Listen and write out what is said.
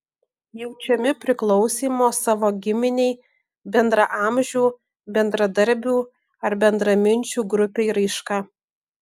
jaučiami priklausymo savo giminei bendraamžių bendradarbių ar bendraminčių grupei raiška